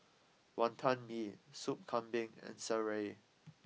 Wonton Mee Soup Kambing and Sireh